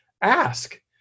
ask